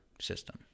system